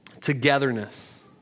togetherness